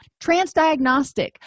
transdiagnostic